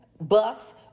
bus